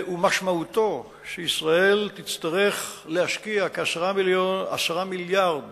משמעותו, שישראל תצטרך להשקיע כ-10 מיליארדי